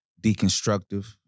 deconstructive